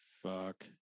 fuck